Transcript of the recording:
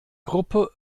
gruppe